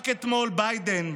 רק אתמול ביידן,